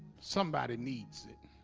somebody needs it